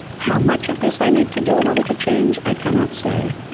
how much of this i need to do in order to change, i cannot say.